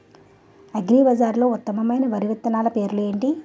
అగ్రిబజార్లో ఉత్తమమైన వరి విత్తనాలు పేర్లు ఏంటి?